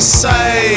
say